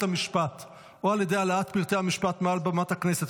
המשפט או על ידי העלאת פרטי המשפט מעל במת הכנסת,